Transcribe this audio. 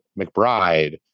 McBride